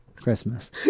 Christmas